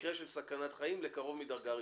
במקרה של סכנת חיים של קרוב מדרגה ראשונה.